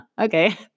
okay